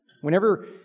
Whenever